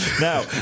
Now